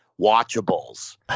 watchables